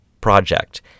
project